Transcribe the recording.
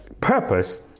purpose